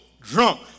drunk